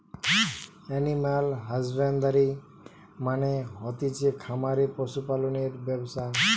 animal husbandry মানে হতিছে খামারে পশু পালনের ব্যবসা